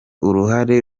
uruhare